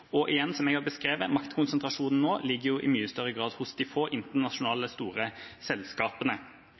Igjen: Som jeg har beskrevet, maktkonsentrasjonen nå ligger i mye større grad hos de få internasjonale store selskapene.